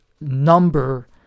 number